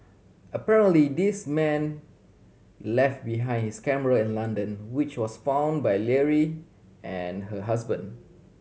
apparently this man left behind his camera in London which was found by Leary and her husband